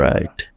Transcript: Right